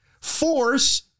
force